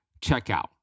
checkout